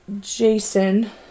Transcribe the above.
jason